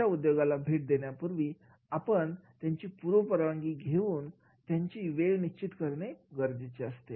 अशा उद्योगाला भेट देण्यापूर्वी आपण त्यांची पूर्व परवानगी घेऊन त्यांची वेळ निश्चित करणे गरजेचे असते